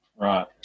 Right